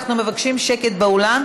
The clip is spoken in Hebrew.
אנחנו מבקשים שקט באולם,